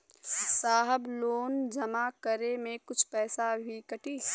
साहब लोन जमा करें में कुछ पैसा भी कटी?